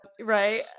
Right